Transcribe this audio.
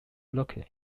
locate